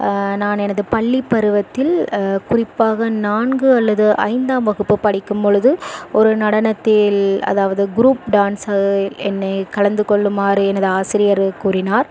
நான் எனது பள்ளி பருவத்தில் குறிப்பாக நான்கு அல்லது ஐந்தாம் வகுப்பு படிக்கும் பொழுது ஒரு நடனத்தில் அதாவது குரூப் டான்ஸ்சில் என்னை கலந்து கொள்ளுமாறு எனது ஆசிரியர் கூறினார்